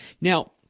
Now